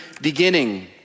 beginning